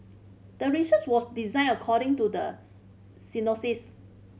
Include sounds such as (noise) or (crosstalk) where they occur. the research was designed according to the (unintelligible)